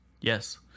yes